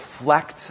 reflect